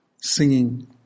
singing